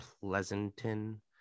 Pleasanton